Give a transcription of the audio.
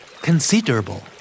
Considerable